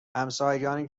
همسایگانی